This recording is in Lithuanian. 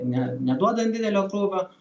ne neduodant didelio krūvio